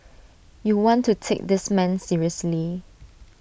you want to take this man seriously